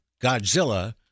Godzilla